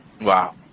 wow